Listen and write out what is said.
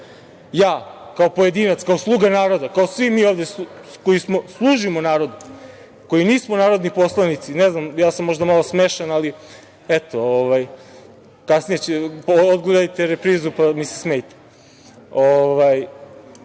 ja, kao pojedinac, sluga naroda, kao svi mi ovde koji služimo narodu, koji nismo narodni poslanici, ne znam, ja sam možda malo smešan, ali eto, kasnije, odgledajte reprizu pa se smejte.